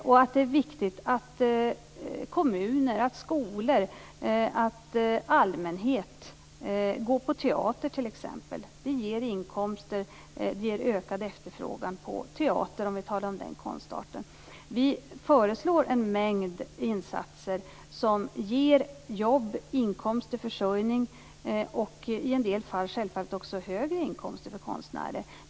Det är också viktigt att kommuner, skolor och allmänhet går på teater, t.ex. Det ger inkomster och ökad efterfrågan på teater, om vi talar om den konstarten. Vi föreslår en mängd insatser som ger jobb, inkomster och försörjning och i en del fall självfallet också högre inkomster för konstnärer.